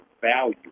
value